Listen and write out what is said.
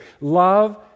love